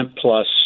plus